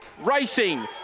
Racing